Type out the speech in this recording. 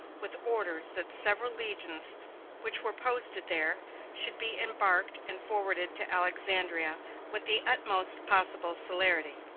with orders that several legions which were posted there should be embarked and forwarded to alexandria with the utmost possible celerity.